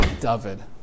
David